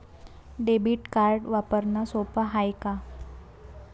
Debit card वापरणं सोप हाय का?